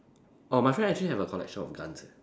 orh my friend actually have a collection of guns eh